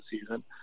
season